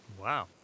Wow